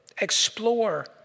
explore